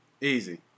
Easy